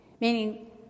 Meaning